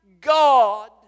God